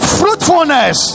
fruitfulness